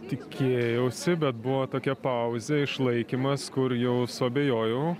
tikėjausi bet buvo tokia pauzė išlaikymas kur jau suabejojau